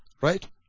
right